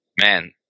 man